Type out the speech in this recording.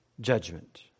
judgment